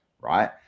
right